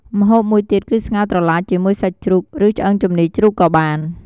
ម្ហូបមួយទៀតគឺស្ងោរត្រឡាចជាមួយសាច់ជ្រូក ឬឆ្អឹងជំនីជ្រូកក៏បាន។